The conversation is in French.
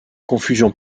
confusion